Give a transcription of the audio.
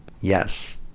yes